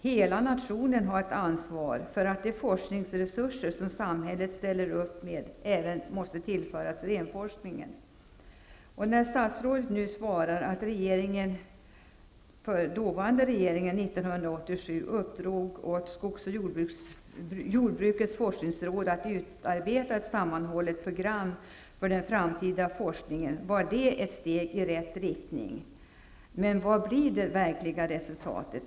Hela nationen har ett ansvar för att de forskningsresurser som samhället ställer upp med även tillförs renforskningen. När statsrådet nu svarar att den dåvarande regeringen 1987 uppdrog åt skogs och jordbrukets forskningsråd att utarbeta ett sammanhållet program för den framtida forskningen, vill jag säga att det var ett steg i rätt riktning. Men vad blir det verkliga resultatet?